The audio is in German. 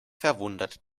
verwundert